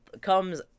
comes